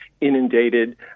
inundated